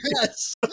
Yes